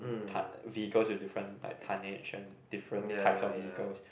tonne vehicles with different like tonnage and different types of vehicles